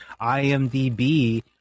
IMDB